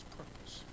purpose